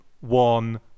one